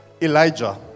Elijah